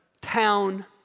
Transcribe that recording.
town